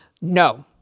No